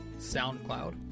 SoundCloud